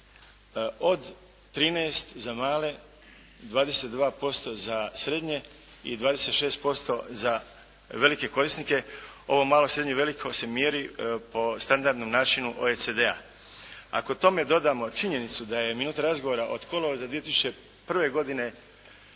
od 13 za male, 22% za srednje i 26% za velike korisnike. Ovo malo, srednje i veliko se mjeri po standardnom načinu OECD-a. Ako tome dodamo činjenicu da je minuta razgovora od kolovoza 2001. godine